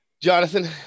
jonathan